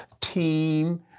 team